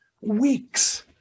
weeks